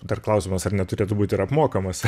dar klausimas ar neturėtų būt ir apmokamas